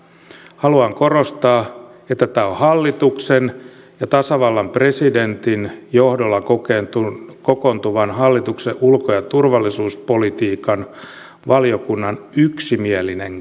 haluan korostaa että tämä on hallituksen ja tasavallan presidentin johdolla kokoontuvan hallituksen ulko ja turvallisuuspolitiikan valiokunnan yksimielinen kanta